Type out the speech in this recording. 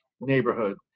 neighborhood